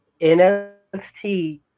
NXT